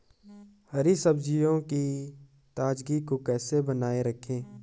हरी सब्जियों की ताजगी को कैसे बनाये रखें?